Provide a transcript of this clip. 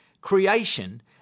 creation